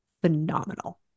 phenomenal